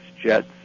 jets